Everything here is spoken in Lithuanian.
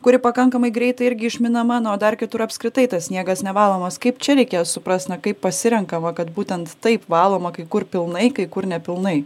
kuri pakankamai greitai irgi išminama na o dar kitur apskritai tas sniegas nevalomas kaip čia reikia suprast na kaip pasirenkama kad būtent taip valoma kai kur pilnai kai kur nepilnai